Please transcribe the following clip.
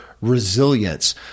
resilience